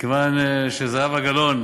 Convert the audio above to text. מכיוון שזהבה גלאון